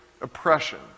oppression